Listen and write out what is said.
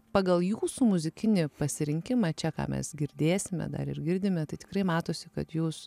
pagal jūsų muzikinį pasirinkimą čia ką mes girdėsime dar ir girdime tai tikrai matosi kad jūs